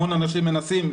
המון אנשים מנסים,